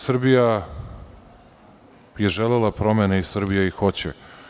Srbija je želela promene i Srbija ih hoće.